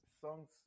songs